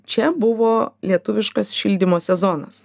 čia buvo lietuviškas šildymo sezonas